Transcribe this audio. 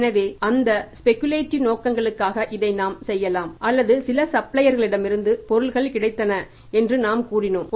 எனவே அந்த ஸ்பெஷலிடிவ் நோக்கங்களுக்காக இதை நாம் செய்யலாம் அல்லது செய்தோம் அல்லது சில சப்ளையர்களிடமிருந்து பொருட்கள் கிடைத்தன என்று நாம் கூறினோம்